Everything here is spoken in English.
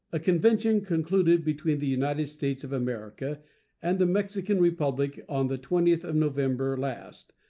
a convention concluded between the united states of america and the mexican republic on the twentieth of november last,